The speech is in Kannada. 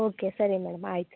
ಓಕೆ ಸರಿ ಮೇಡಮ್ ಆಯಿತು